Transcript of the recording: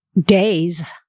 days